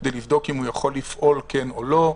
כדי לבדוק אם הוא יכול לפעול, כן או לא.